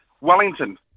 Wellington